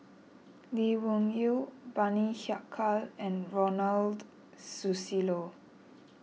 Lee Wung Yew Bani Haykal and Ronald Susilo